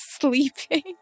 sleeping